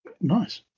nice